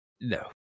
No